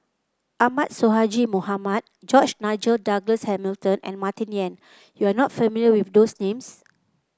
Ahmad Sonhadji Mohamad George Nigel Douglas Hamilton and Martin Yan You are not familiar with those names